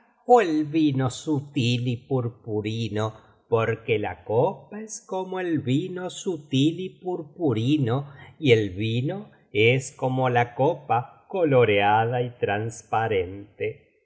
ó él vino sutil y purpurino porque la copa es como el vino sutil y purpurino y el vino es como la copa coloreada y transparente